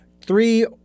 three